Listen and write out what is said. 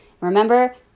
Remember